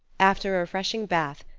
after a refreshing bath,